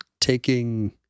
taking